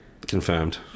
Confirmed